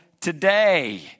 today